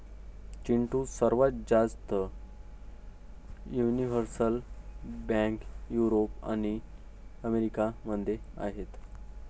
चिंटू, सर्वात जास्त universal bank Europe आणि अमेरिका मध्ये आहेत